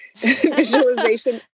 Visualization